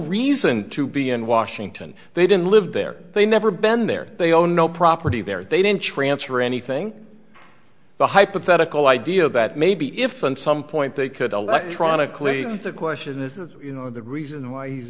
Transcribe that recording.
reason to be in washington they didn't live there they never been there they own no property there they didn't transfer anything the hypothetical idea that maybe if and some point they could electronically the question that you know the reason why the